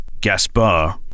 Gaspar